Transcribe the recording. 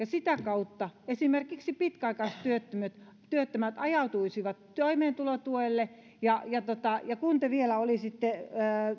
sitä kautta esimerkiksi pitkäaikaistyöttömät ajautuisivat toimeentulotuelle kun te vielä olisitte